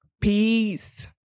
Peace